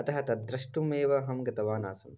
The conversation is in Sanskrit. अतः तद्द्रष्टुम् एव अहं गतवानासं